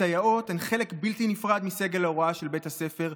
הסייעות הן חלק בלתי נפרד מסגל ההוראה של בית הספר,